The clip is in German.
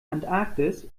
antarktis